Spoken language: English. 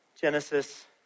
Genesis